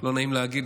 לא נעים להגיד